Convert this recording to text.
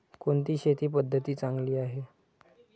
कोणती शेती पद्धती चांगली आहे?